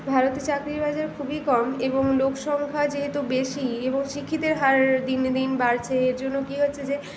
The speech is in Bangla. ভারতে চাকরির বাজার খুবই কম এবং লোকসংখ্যা যেহেতু বেশী এবং শিক্ষিতের হার দিনে দিন বাড়ছে এর জন্য কি হচ্ছে যে